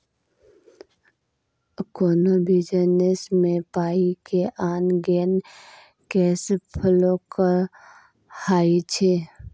कोनो बिजनेस मे पाइ के आन गेन केस फ्लो कहाइ छै